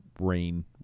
Rain